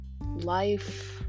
life